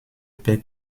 paie